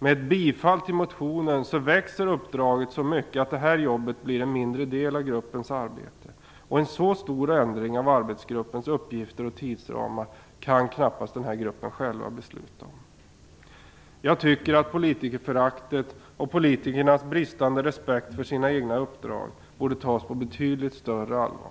Med ett bifall till motionen växer uppdraget så mycket att det här jobbet blir en mindre del av gruppens arbete, och en så stor ändring av arbetsgruppens uppgifter och tidsramar kan knappast gruppen själv besluta om. Jag tycker att politikerföraktet och politikernas bristande respekt för sina egna uppdrag borde tas på betydligt större allvar.